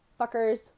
fuckers